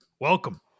Welcome